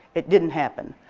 it didn't happen.